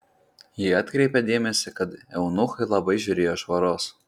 ji atkreipė dėmesį kad eunuchai labai žiūrėjo švaros